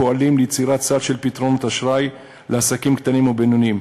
פועלים ליצירת סל של פתרונות אשראי לעסקים קטנים ובינוניים: